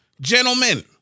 Gentlemen